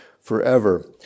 forever